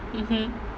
mm hmm